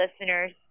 listeners